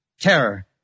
terror